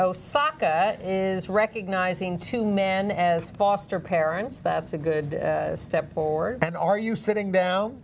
is recognizing two men as foster parents that's a good step forward and are you sitting down